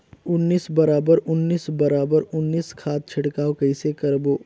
उन्नीस बराबर उन्नीस बराबर उन्नीस खाद छिड़काव कइसे करबो?